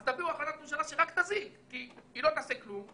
אז תביאו החלטת ממשלה שרק תזיק כי לא היא לא תעשה כלום,